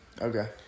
Okay